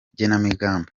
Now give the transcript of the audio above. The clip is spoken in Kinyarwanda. igenamigambi